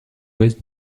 ouest